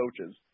coaches